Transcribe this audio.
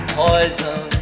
poison